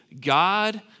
God